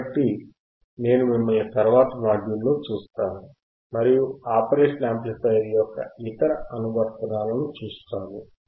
కాబట్టి నేను మిమ్మల్ని తరువాతి మాడ్యూల్లో చూస్తాను మరియు ఆపరేషనల్ యాంప్లిఫైయర్ యొక్క ఇతర అనువర్తనాలను చూస్తాము